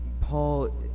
paul